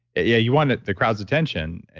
yeah, you want the crowd's attention.